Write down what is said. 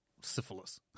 syphilis